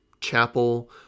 chapel